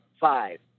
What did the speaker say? five